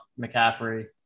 McCaffrey